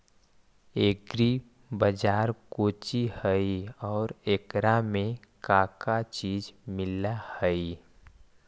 Agri बाजार कोची हई और एकरा में का का चीज मिलै हई?